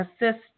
assist